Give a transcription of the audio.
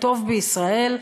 הטוב בישראל,